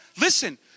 listen